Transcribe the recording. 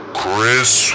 chris